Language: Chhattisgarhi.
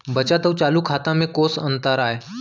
बचत अऊ चालू खाता में कोस अंतर आय?